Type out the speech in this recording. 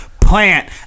plant